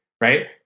right